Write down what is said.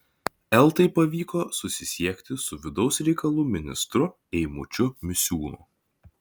eltai pavyko susisiekti su vidaus reikalų ministru eimučiu misiūnu